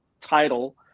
title